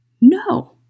no